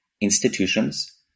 institutions